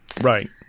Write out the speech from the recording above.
Right